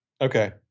okay